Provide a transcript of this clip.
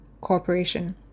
corporation